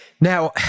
Now